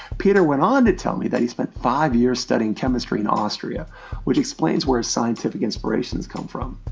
peter went on to tell me that he spent five years studying chemistry in austria which explains where his scientific inspirations come from.